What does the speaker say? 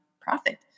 profit